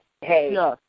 Hey